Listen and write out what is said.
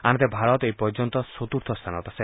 আনহাতে ভাৰত এই পৰ্যন্ত চতূৰ্থ স্বানত আছে